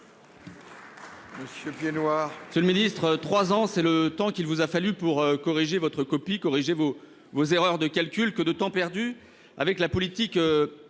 Monsieur le ministre, trois ans : c'est le temps qu'il vous a fallu pour corriger votre copie et vos erreurs de calcul. Que de temps perdu avec cette politique